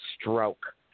stroke